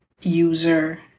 user